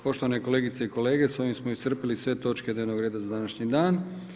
Poštovane kolegice i kolege, s ovim smo iscrpili sve točke dnevnog reda za današnji dan.